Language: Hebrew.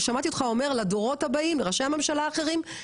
ושמעתי אותך אומר לדורות הבאים לראשי הממשלה האחרים,